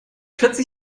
vierzig